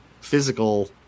physical